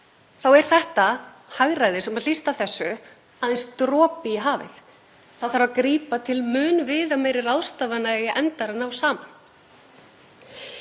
er það hagræði sem hlýst af þessu aðeins dropi í hafið. Það þarf að grípa til mun viðameiri ráðstafana eigi endar að ná saman.